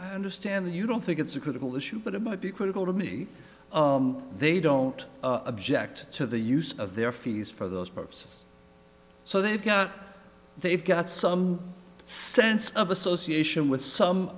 here understand that you don't think it's a critical issue but it might be critical to me they don't object to the use of their fees for those perks so they've got they've got some sense of association with some